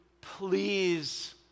please